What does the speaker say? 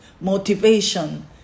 motivation